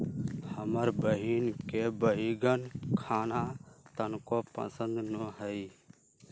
हमर बहिन के बईगन खाना तनको पसंद न हई